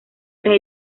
tres